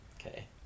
Okay